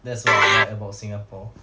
that's what I like about singapore